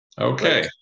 Okay